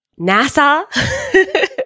NASA